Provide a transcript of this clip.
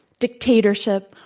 dictatorship,